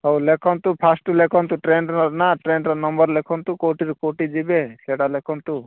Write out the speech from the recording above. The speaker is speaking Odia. ହେଉ ଲେଖନ୍ତୁ ଫାଷ୍ଟ୍ ଲେଖନ୍ତୁ ଟ୍ରେନ୍ର ନାଁ ଟ୍ରେନ୍ର ନମ୍ବର୍ ଲେଖନ୍ତୁ କେଉଁଠିରୁ କେଉଁଠି ଯିବେ ସେଇଟା ଲେଖନ୍ତୁ